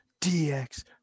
DX